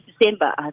December